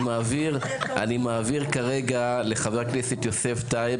אני מעביר כרגע לחבר הכנסת יוסף טייב,